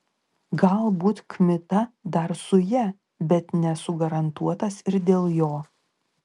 galbūt kmita dar su ja bet nesu garantuotas ir dėl jo